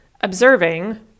observing